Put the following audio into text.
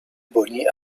bony